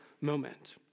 moment